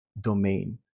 domain